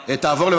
תעבור.